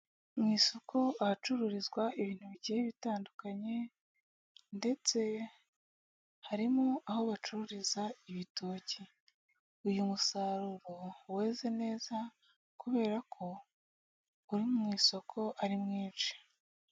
Mu isoko ahacururizwa ibintu bigiye bitandukanye ndetse harimo aho bacururiza ibitoki, uyu musaruro weze neza kubera ko uri mu isoko ari mwinshi.